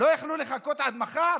לא יכלו לחכות עד מחר?